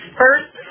first